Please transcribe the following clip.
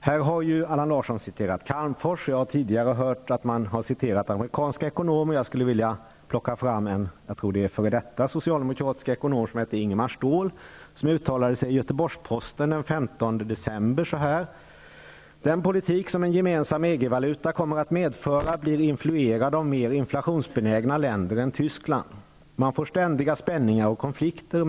Allan Larsson har här citerat Calmfors. Jag har tidigare hört att man citerat amerikanska ekonomer, och jag vill hänvisa till en -- som jag tror -- f.d. socialdemokratisk ekonom, Ingemar Ståhl, som den 15 december uttalade sig så här i Göteborgs-Posten: ''Den politik som en gemensam EG-valuta kommer att medföra blir influerad av mer inflationsbenägna länder än Tyskland. Man får ständiga spänningar och konflikter.